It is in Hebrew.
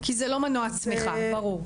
כי זה לא מנוע צמיחה, ברור.